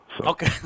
Okay